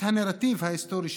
את הנרטיב ההיסטורי שלנו,